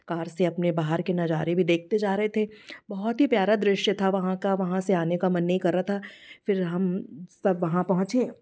car से अपने बाहर के नज़ारे भी देखते जा रहे थे बहुत ही प्यारा दृश्य था वहाँ का वहाँ से आने का मन नहीं कर रहा था फिर हम सब वहाँ पहुँचे